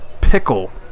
Pickle